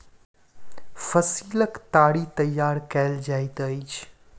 फसीलक ताड़ी तैयार कएल जाइत अछि